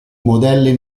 modelli